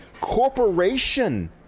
Corporation